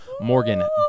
morgan